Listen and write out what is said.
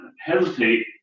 hesitate